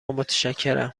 متشکرم